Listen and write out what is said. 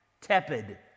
tepid